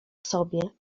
sobie